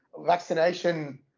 vaccination